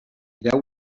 deu